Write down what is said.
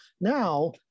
Now